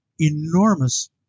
enormous